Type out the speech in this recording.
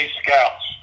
scouts